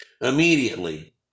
Immediately